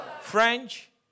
French